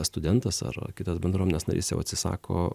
studentas ar kitas bendruomenės narys jau atsisako